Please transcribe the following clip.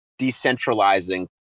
decentralizing